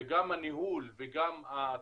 גם הניהול וגם התקציב,